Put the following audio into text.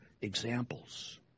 examples